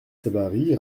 savary